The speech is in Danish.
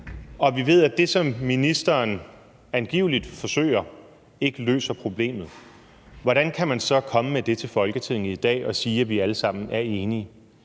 og vi ved, at det, som ministeren angiveligt forsøger, ikke løser problemet, hvordan kan man så komme med det til Folketinget i dag og sige, at vi alle sammen er enige?